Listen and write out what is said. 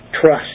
Trust